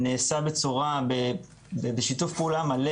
שנעשה בשיתוף פעולה מלא